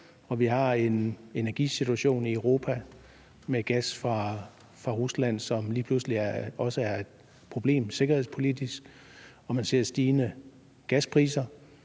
og vi har en energisituation i Europa med gas fra Rusland, som lige pludselig også er et sikkerhedspolitisk problem, og man ser stigende gaspriser,